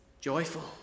Joyful